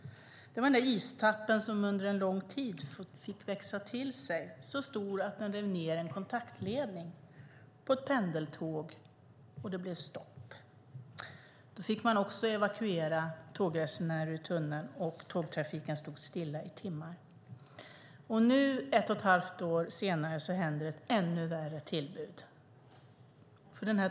Det var den där istappen som under lång tid fick växa sig så stor att den rev ned en kontaktledning på ett pendeltåg, och det blev stopp. Då fick man också evakuera tågresenärer ur tunneln, och tågtrafiken stod stilla i timmar. Nu, ett och ett halvt år senare, hände ett ännu värre tillbud.